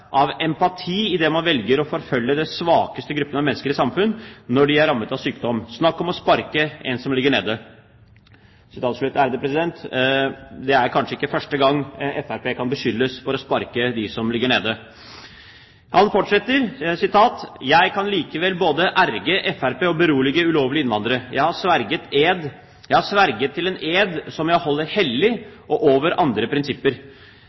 samfunn, når de er rammet av sykdom. Snakk om å sparke en som ligger nede.» Det er vel ikke første gang Fremskrittspartiet kan beskyldes for å sparke dem som ligger nede. Han fortsetter: «Jeg kan likevel både ergre Frp og berolige ulovlige innvandrere. Jeg har sverget til en ed som jeg holder hellig og over andre prinsipper.